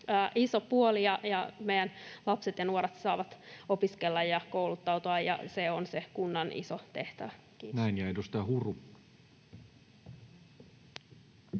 iso puoli ja meidän lapset ja nuoret saavat opiskella ja kouluttautua. Se on se kunnan iso tehtävä. — Kiitos.